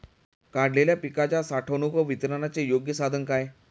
काढलेल्या पिकाच्या साठवणूक व वितरणाचे योग्य साधन काय?